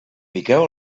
piqueu